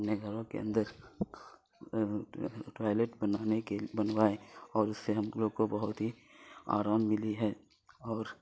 اپنے گھروں کے اندر ٹوائلیٹ بنانے کے بنوائیں اور اس سے ہم لوگ کو بہت ہی آرام ملی ہے اور